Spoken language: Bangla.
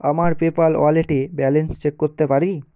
আমার পেপ্যাল ওয়ালেটে ব্যালেন্স চেক করতে পারি